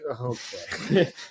Okay